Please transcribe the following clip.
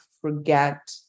forget